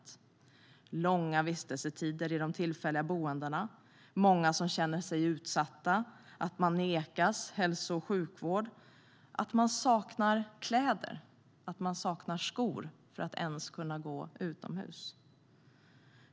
Det är långa vistelsetider i de tillfälliga boendena, många som känner sig utsatta, de nekas hälso och sjukvård och saknar kläder och skor för att vistas utomhus.